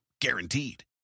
guaranteed